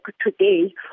today